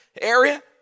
area